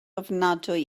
ofnadwy